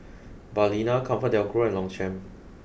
Balina ComfortDelGro and Longchamp